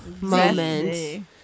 moment